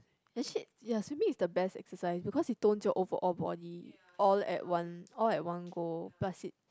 actually ya swimming is the best exercise because you don't jog over all body all at one all at one go plus it